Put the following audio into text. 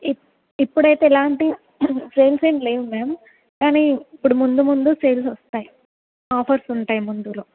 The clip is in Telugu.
ఇప్పుడు అయితే ఎలాంటి సేల్స్ ఏం లేవు మ్యామ్ కానీ ఇప్పుడు ముందు ముందు సేల్స్ వస్తాయి ఆఫర్స్ ఉంటాయి ముందులో